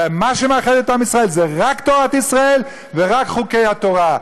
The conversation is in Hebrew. ומה שמאחד את עם ישראל זה רק תורת ישראל ורק חוקי התורה.